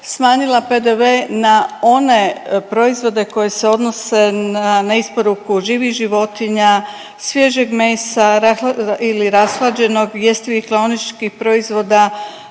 smanjila PDV na one proizvode koji se odnose na neisporuku živih životinja, svježeg mesa ili rashlađenog, jestivih klaoničkih proizvoda,